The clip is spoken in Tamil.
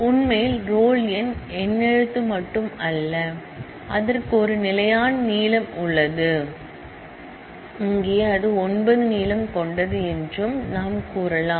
உண்மையில் ரோல் எண் நம்பர் மட்டுமல்ல அதற்கு ஒரு நிலையான லெங்த் உள்ளது இங்கே இது 9 லெங்த் கொண்டது என்றும் நாம் கூறலாம்